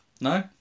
No